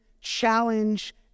challenge